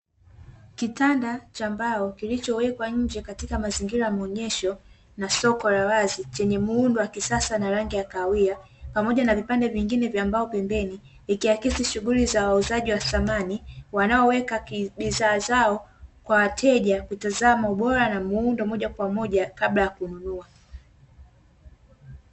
Kitanda cha mbao kilichowekwa nje katika mazingira ya maonyesho na soko la wazi chenye muundo wa kisasa na rangi ya kahawia, pamoja na vipande vingine vya mbao pembeni ikiakisi shughuli za wauzaji wa samani wanaoweka bidhaa zao kwa wateja kutazama ubora na muundo moja kwa moja kabla ya kununua.